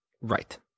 Right